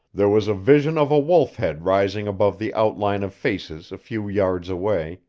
there was a vision of a wolf-head rising above the outline of faces a few yards away,